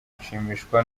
nshimishwa